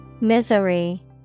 Misery